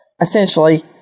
essentially